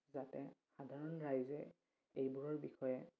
যাতে সাধাৰণ ৰাইজে এইবোৰৰ বিষয়ে